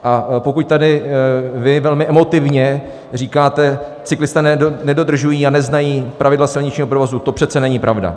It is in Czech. A pokud tady vy velmi emotivně říkáte: Cyklisté nedodržují a neznají pravidla silničního provozu to přece není pravda!